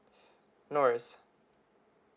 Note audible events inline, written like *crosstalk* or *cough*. *breath* no worries